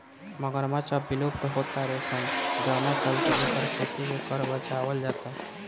मगरमच्छ अब विलुप्त हो तारे सन जवना चलते एकर खेती के कर बचावल जाता